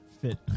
fit